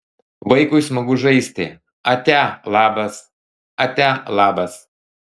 vaikui smagu žaisti atia labas atia labas